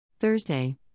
Thursday